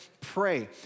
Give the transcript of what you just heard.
pray